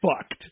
fucked